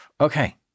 Okay